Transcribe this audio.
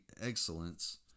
excellence